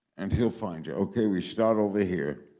and he'll find you. ok. we start over here.